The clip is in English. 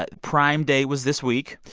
but prime day was this week.